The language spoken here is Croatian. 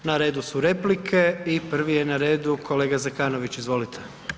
Na redu su replike i prvi je na redu kolega Zekanović, izvolite.